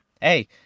hey